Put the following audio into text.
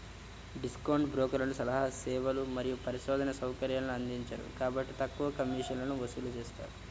discount బ్రోకర్లు సలహా సేవలు మరియు పరిశోధనా సౌకర్యాలను అందించరు కాబట్టి తక్కువ కమిషన్లను వసూలు చేస్తారు